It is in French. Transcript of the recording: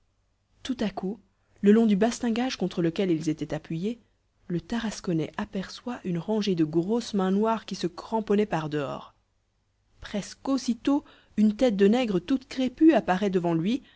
tout à coup le long du bastingage contre lequel ils étaient appuyés le tarasconnais aperçoit une rangée de grosses mains noires qui se cramponnaient par dehors presque aussitôt une tête de nègre toute crépue apparaît devant lui